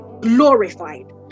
glorified